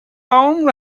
own